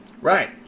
Right